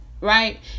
Right